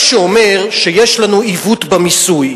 מה שאומר שיש לנו עיוות במיסוי: